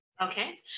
Okay